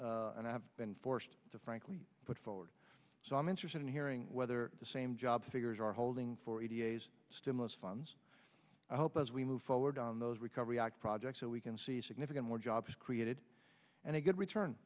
and i have been forced to frankly put forward so i'm interested in hearing whether the same job figures are holding for e d s stimulus funds i hope as we move forward on those recovery act projects so we can see significant more jobs created and a good return